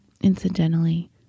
incidentally